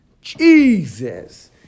Jesus